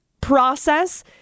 process